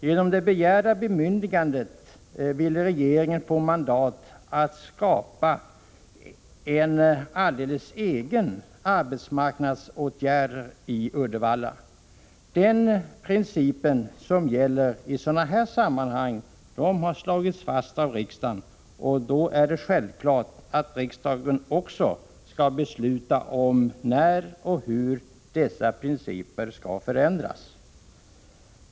Genom det begärda bemyndigandet vill regeringen få mandat att skapa en alldeles egen arbetsmarknadsåtgärd i Uddevalla. Den princip som gäller i sådana här sammanhang har slagits fast av riksdagen. Då är det självklart att riksdagen också skall besluta om, när och hur principerna skall förändras.